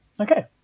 Okay